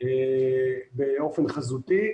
באופן חזותי.